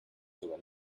sogar